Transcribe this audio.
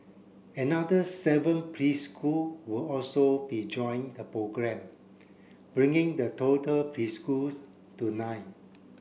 another seven preschool will also be join the programme bringing the total preschools to nine